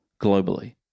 globally